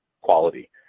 quality